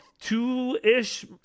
two-ish